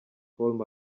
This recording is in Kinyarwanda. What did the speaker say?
paul